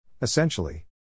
Essentially